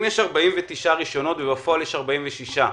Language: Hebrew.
אם יש 49 רישיונות ובפועל יש 46 מכשירים,